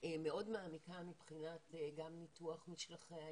מאוד מעמיקה מבחינת ניתוח משלוחי היד,